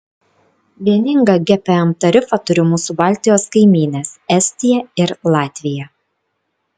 vieningą gpm tarifą turi mūsų baltijos kaimynės estija ir latvija